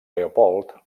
leopold